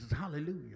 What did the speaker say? Hallelujah